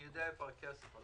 אני יודע איפה הכסף.